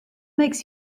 makes